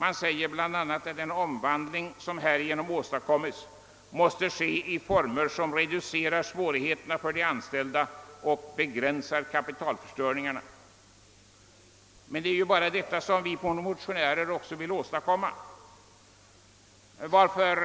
Man säger bl.a. att den omvandling som härigenom blir nödvändig måste ske i former som reducerar svårigheterna för de anställda och begränsar kapitalförstöring. Men det är bara detta som vi motionärer vill åstadkomma. Varför